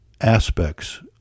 aspects